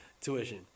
tuition